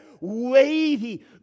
weighty